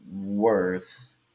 worth